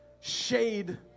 shade